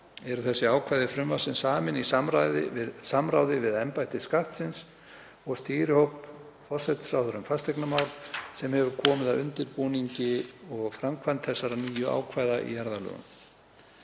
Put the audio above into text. Eru þessi ákvæði frumvarpsins samin í samráði við embætti Skattsins og stýrihóp forsætisráðherra um fasteignamál sem hefur komið að undirbúningi og framkvæmd þessara nýju ákvæða í jarðalögum.